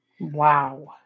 Wow